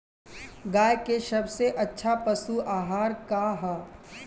गाय के सबसे अच्छा पशु आहार का ह?